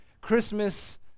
Christmas